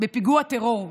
בפיגוע טרור.